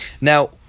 Now